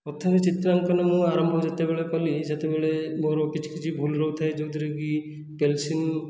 ପ୍ରଥମେ ଚିତ୍ରାଙ୍କନ ମୁଁ ଆରମ୍ଭ ଯେତେବେଳେ କଲି ସେତେବେଳେ ମୋର କିଛି କିଛି ଭୁଲ ରହୁଥାଏ ଯେଉଁଥିରେ କି ପେନସିଲ